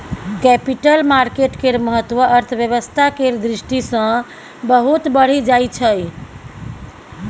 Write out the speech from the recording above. capital market केर महत्व अर्थव्यवस्था केर दृष्टि सँ बहुत बढ़ि जाइ छै